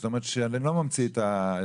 זאת אומרת, אני לא ממציא את הגלגל.